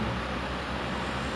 ya why